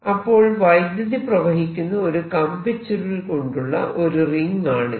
അപ്പോൾ വൈദ്യുതി പ്രവഹിക്കുന്ന ഒരു കമ്പിച്ചുരുൾ കൊണ്ടുള്ള ഒരു റിംഗ് ആണിത്